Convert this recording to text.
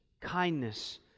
kindness